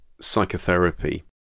psychotherapy